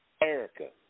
Erica